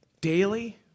daily